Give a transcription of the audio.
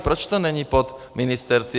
Proč to není pod ministerstvy?